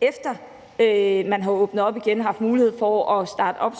efter at man har åbnet op i igen, har haft mulighed for at starte op